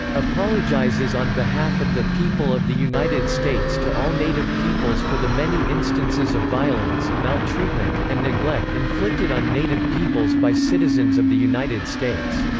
apologizes on behalf of the people of the united states to all native peoples for the many instances of violence, maltreatment, and neglect inflicted on native peoples by citizens of the united states.